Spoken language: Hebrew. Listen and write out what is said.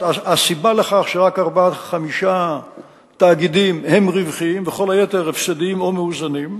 שרק ארבעה עד חמישה תאגידים הם רווחיים וכל היתר הפסדיים או מאוזנים,